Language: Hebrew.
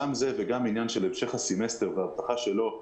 גם זה וגם עניין של המשך הסמסטר וההבטחה שלו.